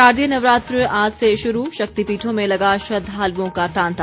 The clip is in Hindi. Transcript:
शारदीय नवरात्र आज से शुरू शक्तिपीठों में लगा श्रद्दालूओं का तांता